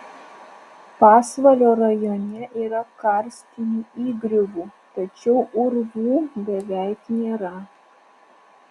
pasvalio rajone yra karstinių įgriuvų tačiau urvų beveik nėra